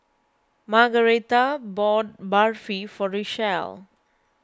Margaretha bought Barfi for Richelle